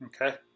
Okay